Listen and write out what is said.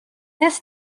this